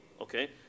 okay